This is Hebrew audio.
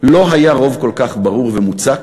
לא היה רוב כל כך ברור ומוצק